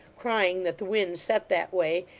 crying that the wind set that way,